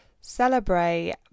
celebrate